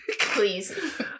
Please